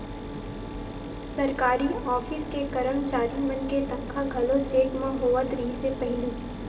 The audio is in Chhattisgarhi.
सरकारी ऑफिस के करमचारी मन के तनखा घलो चेक म होवत रिहिस हे पहिली